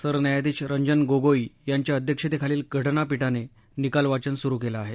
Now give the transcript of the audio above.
सरन्यायाधीश रंजन गोगोई यांच्या अध्यक्षतेखालील घटनापीठाने निकाल वाचन सुरु केलं आहे